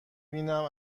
بینم